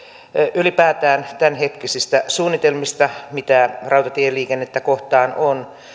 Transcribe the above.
ylipäätään tämänhetkisistä suunnitelmista mitä rautatieliikennettä kohtaan on